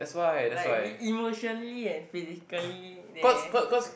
like we emotionally and physically there